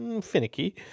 finicky